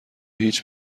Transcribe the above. هیچ